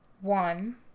One